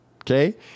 okay